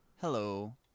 Hello